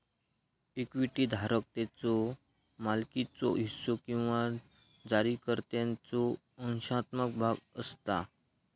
equity धारक त्याच्यो मालकीचो हिस्सो किंवा जारीकर्त्याचो अंशात्मक भाग असता